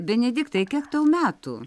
benediktai kiek tau metų